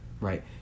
right